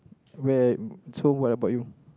where so what about you